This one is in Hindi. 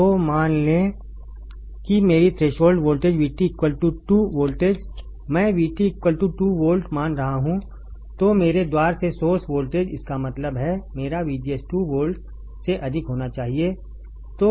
तो मान लें कि मेरी थ्रेशोल्ड वोल्टेज VT 2 वोल्ट मैं VT 2 वोल्ट मान रहा हूं तो मेरे द्वार से सोर्स वोल्टेज इसका मतलब है मेरा VGS 2 वोल्ट से अधिक होना चाहिए